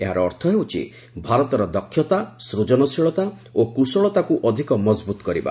ଏହାର ଅର୍ଥ ହେଉଛି ଭାରତର ଦକ୍ଷତା ସୃଜନଶୀଳତା ଓ କୁଶଳତାକୁ ଅଧିକ ମଜବୁତ କରିବା